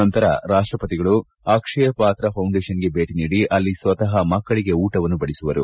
ನಂತರ ರಾಷ್ಟಪತಿಗಳು ಅಕ್ಷಯ ಪಾತ್ರ ಫೌಂಡೇಶನ್ಗೆ ಭೇಟಿ ನೀಡಿ ಅಲ್ಲಿ ಸ್ವತ ಮಕ್ಕಳಿಗೆ ಉಟವನ್ನು ಬಡಿಸುವರು